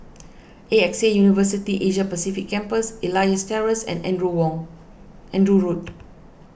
A X A University Asia Pacific Campus Elias Terrace and Andrew Road